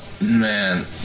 man